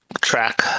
track